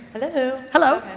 hello. hello.